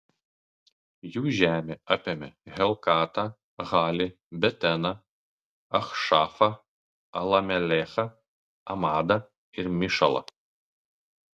jų žemė apėmė helkatą halį beteną achšafą alamelechą amadą ir mišalą